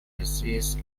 resist